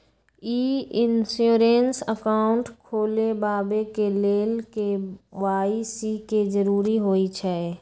ई insurance account खोलबाबे के लेल के.वाई.सी के जरूरी होइ छै